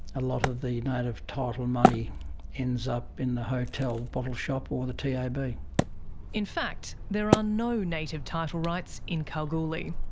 a lot of the native title money ends up in the hotel bottle shop or the tab. in fact, there are no native title rights in kalgoorlie.